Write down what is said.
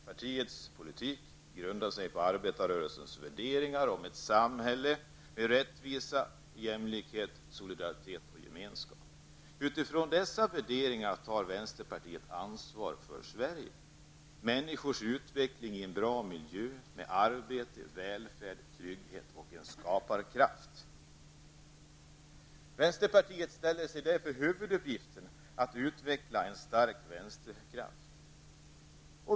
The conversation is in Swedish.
Partiets politik grundar sig på arbetarrörelsens värderingar om ett samhälle med rättvisa och jämlikhet, solidaritet och gemenskap. Utifrån dessa värderingar tar vänsterpartiet ansvar för Sverige, människors utveckling i en bra miljö med arbete, välfärd, trygghet och skaparkraft. Vänsterpartiet uppställer därför som en huvuduppgift att utveckla en stark vänsterkraft.